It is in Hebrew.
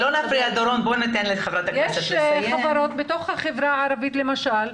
בתוך החברה הערבית למשל,